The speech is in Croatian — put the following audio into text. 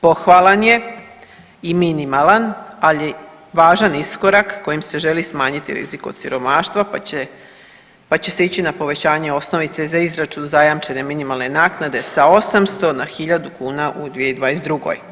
Pohvalan je i minimalan, ali važan iskorak kojim se želi smanjiti rizik od siromaštva pa će se ići na povećanje osnovice za izračun zajamčene minimalne naknade sa 800 na 1.000 kuna u 2022.